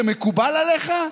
זה מקובל עליך,